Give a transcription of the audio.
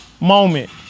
moment